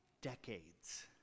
decades